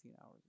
hours